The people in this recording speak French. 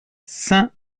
saint